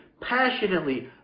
passionately